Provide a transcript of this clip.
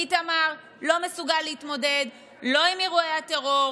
איתמר לא מסוגל להתמודד לא עם אירועי הטרור,